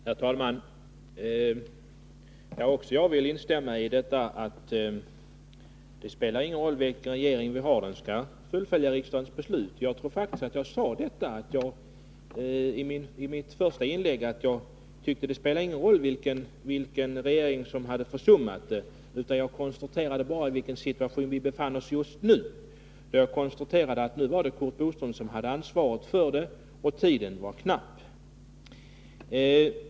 Herr talman! Också jag vill instämma i att det inte spelar någon roll vilken regering vi har — den skall fullfölja riksdagens beslut. Jag tror faktiskt att jag sade i mitt första inlägg, att det inte spelar någon roll vilken regering som har försummat detta. Jag konstaterade bara vilken situation vi befinner oss i just nu — och nu är det Curt Boström som har ansvaret — och att tiden är knapp.